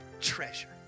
treasure